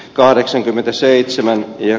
kahdeksankymmentäseitsemän ja